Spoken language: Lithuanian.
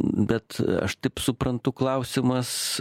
bet aš taip suprantu klausimas